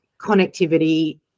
connectivity